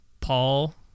paul